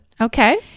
Okay